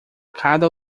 cada